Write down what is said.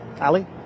Ali